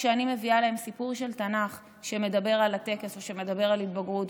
כשאני מביאה להם סיפור של תנ"ך שמדבר על הטקס או שמדבר על התבגרות,